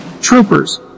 Troopers